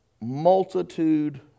multitude